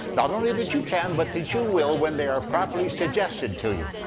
not only that you can, but that you will when they are properly suggested to you.